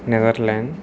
Netherlands